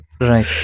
Right